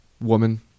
woman